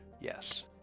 yes